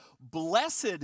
Blessed